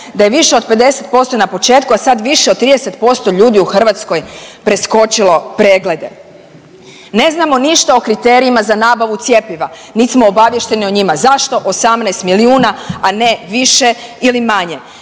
da je više od 50% na početku, a sad više od 30% ljudi u Hrvatskoj preskočilo preglede. Ne znamo ništa o kriterijima za nabavu cjepiva, niti smo obavješteni o njima. Zašto 18 milijuna, a ne više ili manje?